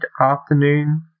afternoon